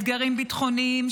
אתגרים ביטחוניים,